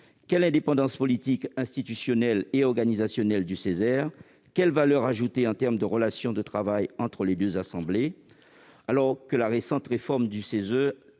est l'indépendance politique, institutionnelle et organisationnelle du Ceser ? Quelle sera la valeur ajoutée en termes de relations de travail entre les deux assemblées, alors que la récente réforme du Conseil